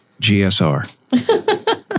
GSR